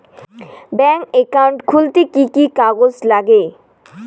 Bank account খুলতে কি কি কাগজ লাগে?